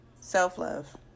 self-love